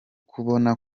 kubona